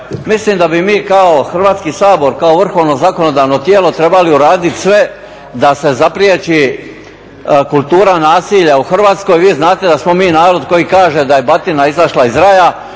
Mislim da bi mi kao Hrvatski sabor kao vrhovno zakonodavno tijelo trebali uraditi sve da se zapriječi kultura nasilja u Hrvatskoj. Vi znate da smo mi narod koji kaže da je batina izašla iz raja,